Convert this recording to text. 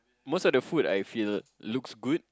most of the food I feel looks good